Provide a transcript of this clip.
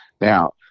Now